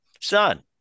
Son